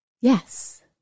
Yes